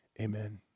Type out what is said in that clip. amen